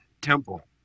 temple